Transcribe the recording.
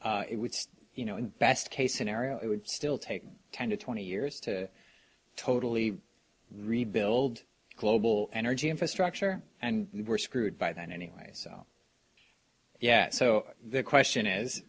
that you know best case scenario it would still take ten to twenty years to totally rebuild global energy infrastructure and we're screwed by that anyways yes so the question is